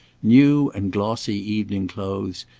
new and glossy evening clothes,